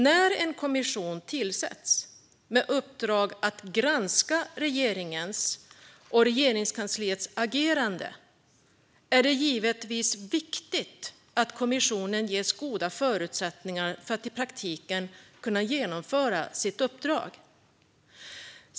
När en kommission tillsätts med uppdrag att granska regeringens och Regeringskansliets agerande är det givetvis viktigt att kommissionen ges goda förutsättningar att i praktiken genomföra sitt uppdrag.